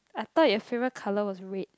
I thought your favorite color was red